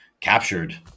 captured